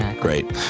Great